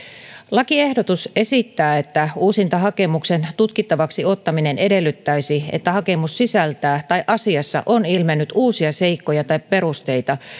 lakiehdotus esittää että uusintahakemuksen tutkittavaksi ottaminen edellyttäisi että hakemus sisältää tai asiassa on ilmennyt uusia seikkoja tai perusteita